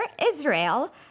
Israel